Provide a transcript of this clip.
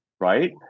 right